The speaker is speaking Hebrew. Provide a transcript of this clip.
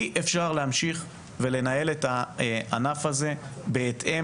אי-אפשר להמשיך לנהל את הענף הזה בהתאם